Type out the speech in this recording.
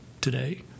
today